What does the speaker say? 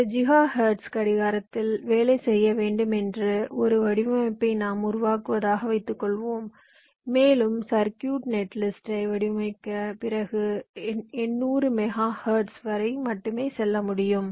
ஒரு giga hertz கடிகாரத்தில் வேலை செய்ய வேண்டும் என்று ஒரு வடிவமைப்பை நாம் உருவாக்குவதாக வைத்துக்கொள்வோம் மேலும் சர்க்யூட்ஸ் நெட்லிஸ்ட்டை வடிவமைத்த பிறகு 800 மெகா ஹெர்ட்ஸ் வரை மட்டுமே செல்ல முடியும்